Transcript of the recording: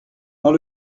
dans